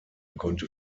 konnte